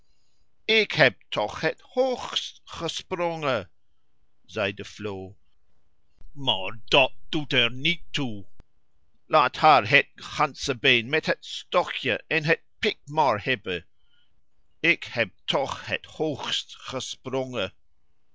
ik heb toch het hoogst gesprongen zei de vloo maar dat doet er niet toe laat haar het ganzebeen met het stokje en het pik maar hebben ik heb toch het